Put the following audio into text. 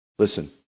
Listen